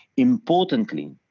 importantly,